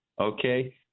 okay